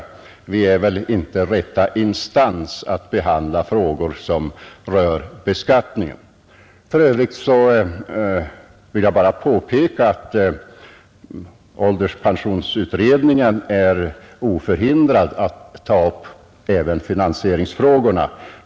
Utskottet är väl inte heller den rätta instansen att behandla frågor som rör beskattningen. Jag vill i det sammanhanget erinra om att pensionsålderskommittén är oförhindrad att ta upp även finansieringsfrågorna.